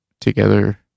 together